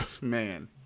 man